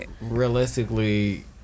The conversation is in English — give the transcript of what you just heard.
Realistically